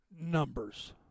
numbers